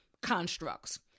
constructs